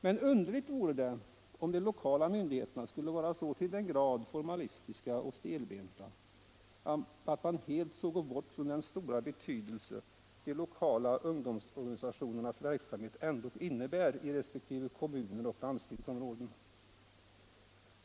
Men underligt vore det om de lokala myndigheterna skulle vara så till den grad formalistiska och stelbenta att man helt såg bort från den stora betydelse de lokala ungdomsorganisationernas verksamhet ändå har i resp. kommuner och landstingsområden.